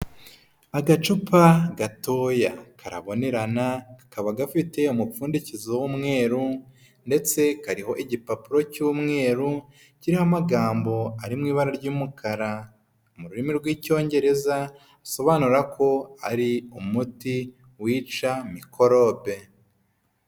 Agacupa gatoya karabonerana kakaba gafite umupfundikizo w'umweru ndetse kariho igipapuro cy'umweru kiriho amagambo ari mu ibara ry'umukara mu rurimi rw'icyongereza risobanura ko ari umuti wica mikorobe.